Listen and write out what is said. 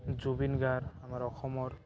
জুবিন গাৰ্গ আমাৰ অসমৰ